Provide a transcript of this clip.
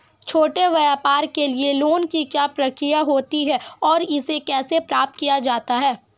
छोटे व्यापार के लिए लोंन की क्या प्रक्रिया होती है और इसे कैसे प्राप्त किया जाता है?